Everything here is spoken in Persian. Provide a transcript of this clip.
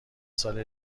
سال